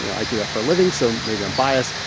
you know i do that for a living, so maybe i'm biased.